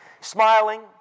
Smiling